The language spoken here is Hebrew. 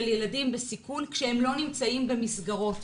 ילדים בסיכון כשהם לא נמצאים במסגרות.